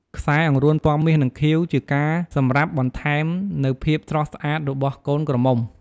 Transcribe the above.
ខ្សែអង្រួនពណ៌មាសនិងខៀវជាការសម្រាប់បន្តែមនៅភាពស្រស់ស្អាតរបស់កូនក្រមំុ។